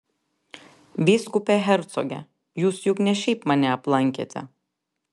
vyskupe hercoge jūs juk ne šiaip mane aplankėte